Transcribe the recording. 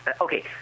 Okay